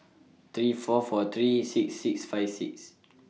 three four four three six six five six